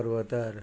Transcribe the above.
पर्वतार